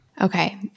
Okay